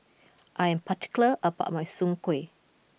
I am particular about my Soon Kway